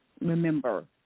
remember